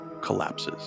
...collapses